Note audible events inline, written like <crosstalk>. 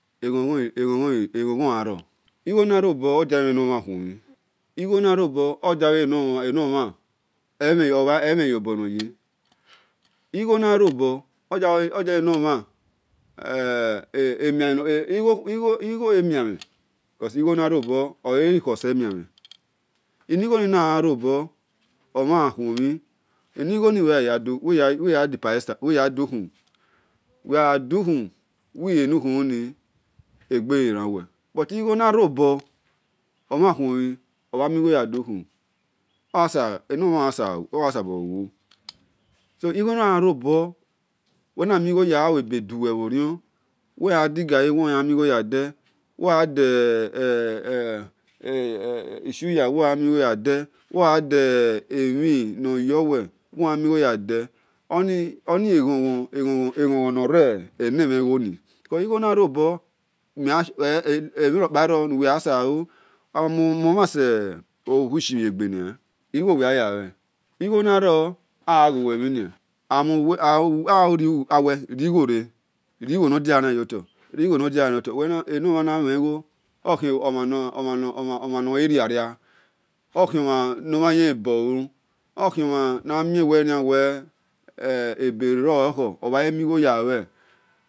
Eghon ghon gharo igho na robor odiawel enomhan khuomhin igho narobor odiawel eno- mhan emhe iyobor nor ye igho na robor odia we enor mhan e <hesitation> igho emia mhen because igbo na ro bor ole-khor se- emiamhen enighoni nagha robor omhan gha khuonmhin enigho ni wiya du- kumu <hesitation> wel gha du khu wel na le nukhuluni egbe ghi ran wel but igho na robor omhan na gha khuo-mhin enomhan, oyan sabor wu- so igho nu gha robor-wel na sabor gha mi gho ya-ghaluebe duwel bho rion wil gha digai wor yan migho ya de <hesitation> won yan di suya woyan migho yar de wor yan demhin neyor wel wor yan mi gho-ya de oni eghon-ghon nor ri ene mhen-gho ni because igho na robor emhirokpa ro nuwel yan sa lu agha muo mhan sowi shimhie gbe nia igho wel yan ya iue igho na ro agha ghu wel bhi nia aghe wu wel righo re-righo nor diania yo-tor eno-mhan na-mhen gho okhi omhan nor ghi ria-ria okhion mhan nor mhan ye-lebor iu-okhio mhan namie wenia wel ebe rolokhor omhan yemi-gho ya lue